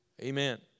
Amen